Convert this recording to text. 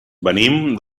venim